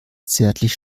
zärtlich